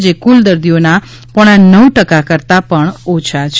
જે કુલ દર્દીઓના પોણા નવ ટકા કરતાં પણ ઓછા છે